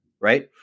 right